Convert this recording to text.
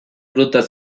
rutas